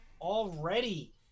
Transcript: already